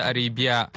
Arabia